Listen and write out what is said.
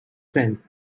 tent